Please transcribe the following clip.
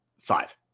five